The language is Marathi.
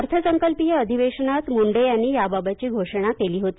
अर्थसकल्पीय अधिवेशनात मुंडे यांनी याबाबतची घोषणा केली होती